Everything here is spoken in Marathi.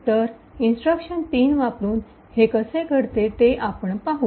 तर इंस्ट्रक्शन ३ वापरुन हे कसे घडते ते आपण पाहू